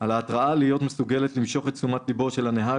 על ההתרעה להיות מסוגלת למשוך את תשומת ליבו של הנהג